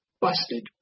busted